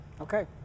Okay